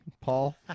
Paul